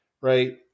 Right